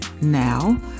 now